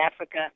Africa